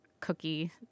Cookie